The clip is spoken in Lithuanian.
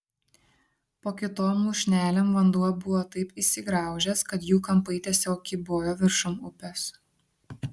po kitom lūšnelėm vanduo buvo taip įsigraužęs kad jų kampai tiesiog kybojo viršum upės